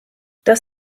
das